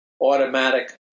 automatic